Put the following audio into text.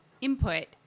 input